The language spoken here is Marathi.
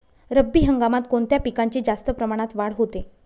रब्बी हंगामात कोणत्या पिकांची जास्त प्रमाणात वाढ होते?